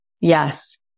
Yes